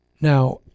Now